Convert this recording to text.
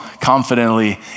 confidently